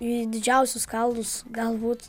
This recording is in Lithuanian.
į didžiausius kalnus galbūt